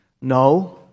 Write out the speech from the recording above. no